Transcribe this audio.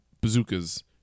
bazookas